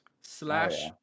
slash